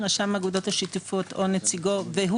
רשם האגודות השיתופיות או נציגו והוא